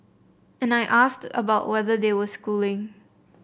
and I asked about whether they were schooling